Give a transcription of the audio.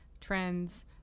trends